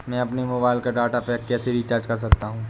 मैं अपने मोबाइल का डाटा पैक कैसे रीचार्ज कर सकता हूँ?